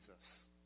Jesus